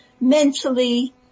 mentally